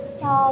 cho